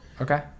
Okay